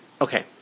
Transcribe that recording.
okay